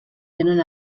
tenen